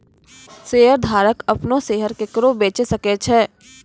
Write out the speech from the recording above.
शेयरधारक अपनो शेयर केकरो बेचे सकै छै